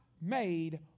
made